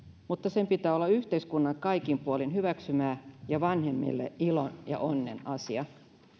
mutta sen pitää olla yhteiskunnan kaikin puolin hyväksymää ja vanhemmille ilon ja onnen asia